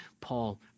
Paul